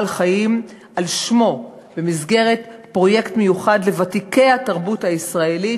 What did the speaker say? חיים על שמו במסגרת פרויקט מיוחד לוותיקי התרבות הישראלית,